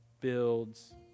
builds